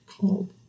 called